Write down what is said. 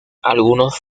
algunos